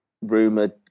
Rumoured